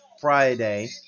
Friday